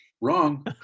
wrong